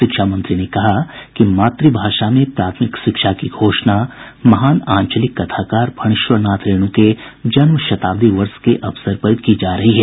शिक्षा मंत्री ने कहा कि मातृभाषा में प्राथमिक शिक्षा की घोषणा महान आंचलिक कथाकार फणीश्वरनाथ रेणु के जन्मशताब्दी वर्ष के अवसर पर की जा रही है